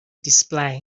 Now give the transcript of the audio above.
display